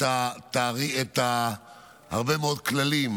יש הרבה מאוד כללים